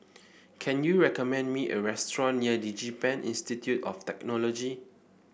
can you recommend me a restaurant near DigiPen Institute of Technology